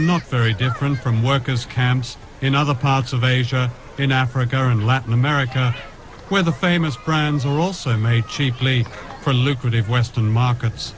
not very different from workers camps in other parts of asia in africa and latin america where the famous brands are also made cheaply for lucrative western markets